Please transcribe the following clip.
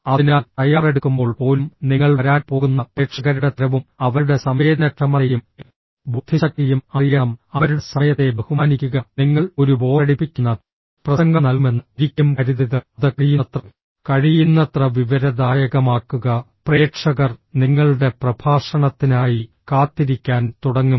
അതിനാൽ തയ്യാറെടുക്കുമ്പോൾ പോലും നിങ്ങൾ വരാൻ പോകുന്ന പ്രേക്ഷകരുടെ തരവും അവരുടെ സംവേദനക്ഷമതയും ബുദ്ധിശക്തിയും അറിയണം അവരുടെ സമയത്തെ ബഹുമാനിക്കുക നിങ്ങൾ ഒരു ബോറടിപ്പിക്കുന്ന പ്രസംഗം നൽകുമെന്ന് ഒരിക്കലും കരുതരുത് അത് കഴിയുന്നത്ര കഴിയുന്നത്ര വിവരദായകമാക്കുക പ്രേക്ഷകർ നിങ്ങളുടെ പ്രഭാഷണത്തിനായി കാത്തിരിക്കാൻ തുടങ്ങും